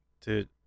dude